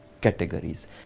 categories